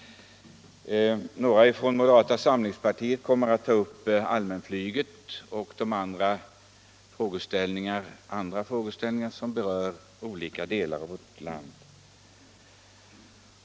Några från moderata samlingspartiet kommer att ta upp allmänflyget och andra frågeställningar som berör olika delar av vårt land.